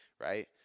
right